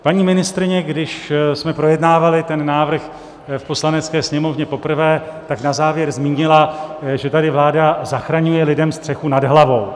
Paní ministryně, když jsme projednávali ten návrh v Poslanecké sněmovně poprvé, na závěr zmínila, že tady vláda zachraňuje lidem střechu nad hlavou.